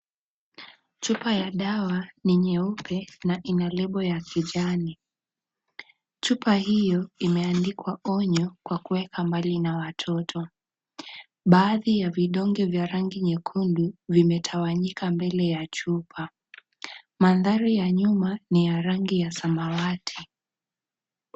Chupa ya dawa ni nyeupe na ina lebo ya kijani. Chupa hiyo imeandikwa ONYO kwa kuweka mbali na watoto. Baadhi ya vidonge vya rangi nyekundu vimetawanyika mbele ya chupa. Mandhari ya nyuma ni ya rangi ya samawati.